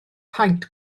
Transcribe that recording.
paent